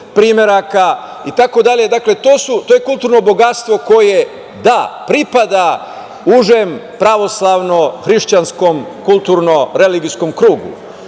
primeraka itd. Dakle, to je kulturno bogatstvo koje da, pripada užem pravoslavno-hrišćanskom, kulturno-religijskom krugu,